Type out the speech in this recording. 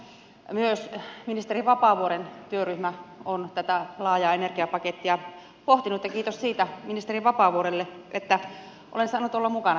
myös ministeri vapaavuoren työryhmä on tätä laajaa energiapakettia pohtinut ja kiitos siitä ministeri vapaavuorelle että olen saanut olla mukana tässä työssä